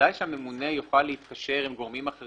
בוודאי שממונה יוכל להתקשר עם גורמים אחרים